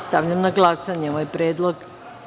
Stavljam na glasanje ovaj predlog.